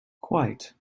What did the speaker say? quite